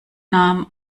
nahm